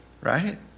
Right